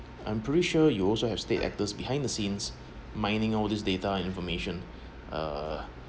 I'm pretty sure you also have state actors behind the scenes mining all these data information uh